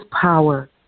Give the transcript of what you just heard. power